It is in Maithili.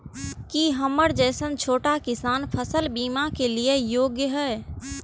की हमर जैसन छोटा किसान फसल बीमा के लिये योग्य हय?